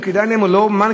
אם כדאי להם או לא,